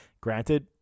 granted